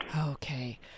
Okay